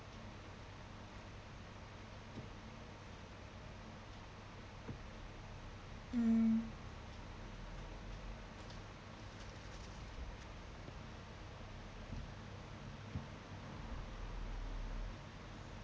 mm